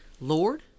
Lord